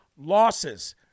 losses